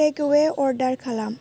takeaway order खालाम